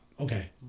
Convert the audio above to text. Okay